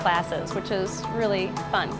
classes which is really fun